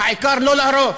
והעיקר לא להרוס.